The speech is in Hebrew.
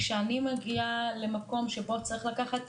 כשאני מגיעה למקום שבו צריך לקחת